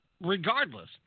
regardless